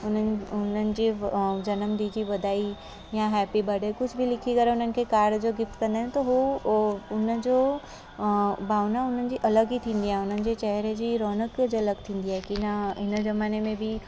उन्हनि उन्हनि जे जनमु ॾींहं जी वधाई या हैपी बडे कुझु बि लिखी करे हुननि खे काड जो गिफ़्ट कंदा आहियूं त उहो उहो हुनजो भावाना उन्हनि जी अलॻि ई थी आहे उन्हनि जे चेहरे जी रौनक कुझु अलॻि थींदी आहे की न हिन ज़माने में बि